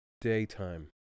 daytime